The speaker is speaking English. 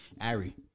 Ari